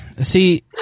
See